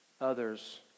others